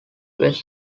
best